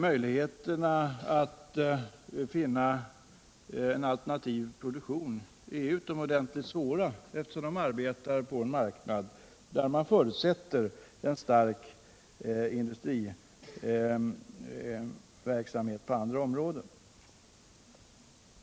Möjligheterna för dem att finna en alternativ produktion är utomordentligt små, då den marknad som de arbetar på förutsätter en stark industriverksamhet på andra håll.